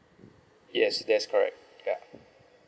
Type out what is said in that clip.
yes yes correct ya